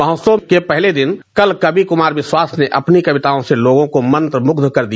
महोत्सव के पहले दिन कल कवि कुमार विश्वास ने अपनी कविताओं से लोगों को मंत्रमुग्ध कर दिया